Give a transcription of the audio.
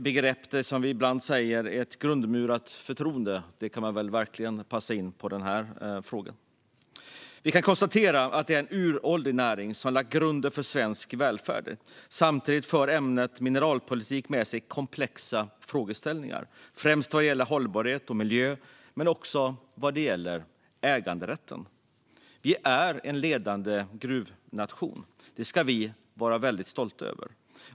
Begreppet "grundmurat förtroende" kan verkligen passa in i fråga om detta. Vi kan konstatera att det är en uråldrig näring som har lagt grunden för svensk välfärd. Samtidigt för ämnet mineralpolitik med sig komplexa frågeställningar, främst vad gäller hållbarhet och miljö men också vad gäller äganderätten. Vi är en ledande gruvnation. Det ska vi vara mycket stolta över.